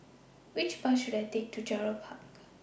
Which Bus should I Take to Gerald Park